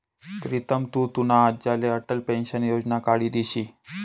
प्रीतम तु तुना आज्लाले अटल पेंशन योजना काढी दिशी